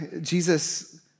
Jesus